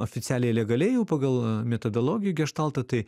oficialiai legaliai jau pagal a metodologij geštalto tai